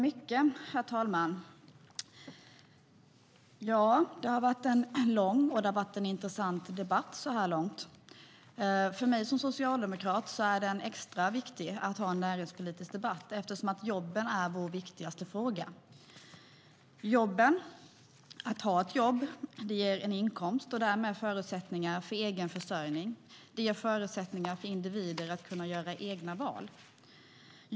Herr talman! Det har varit en lång och intressant debatt så här långt. För mig som socialdemokrat är det extra viktigt att ha en näringspolitisk debatt eftersom jobben är vår viktigaste fråga. Jobb, att ha ett jobb, ger en inkomst och därmed förutsättningar för egen försörjning. Det ger förutsättningar för individer att göra egna val.